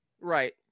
right